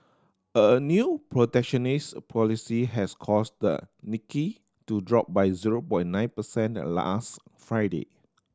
a new protectionist policy has caused the Nikki to drop by zero point nine percent last Friday